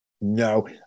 No